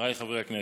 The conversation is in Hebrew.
חבריי חברי הכנסת,